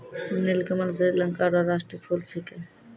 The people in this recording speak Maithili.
नीलकमल श्रीलंका रो राष्ट्रीय फूल छिकै